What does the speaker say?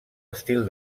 estil